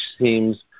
seems